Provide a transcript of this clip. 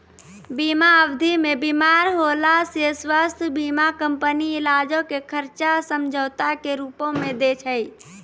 बीमा अवधि मे बीमार होला से स्वास्थ्य बीमा कंपनी इलाजो के खर्चा समझौता के रूपो मे दै छै